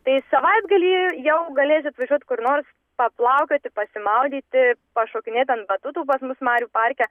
tai savaitgalį jau galėsit važiuot kur nors paplaukioti pasimaudyti pašokinėt ant batutų pas mus marių parke